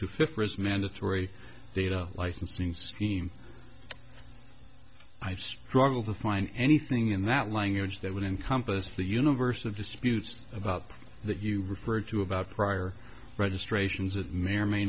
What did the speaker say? to fit for his mandatory data licensing scheme i'd struggle to find anything in that language that would encompass the universe of disputes about that you referred to about prior registrations that may or may